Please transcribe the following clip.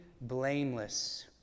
blameless